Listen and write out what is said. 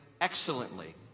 excellently